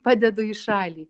padedu į šalį